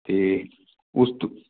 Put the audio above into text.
ਅਤੇ ਉਸ